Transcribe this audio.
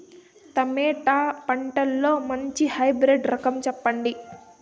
Tomato పంటలో మంచి hybrid రకం చెప్పండి?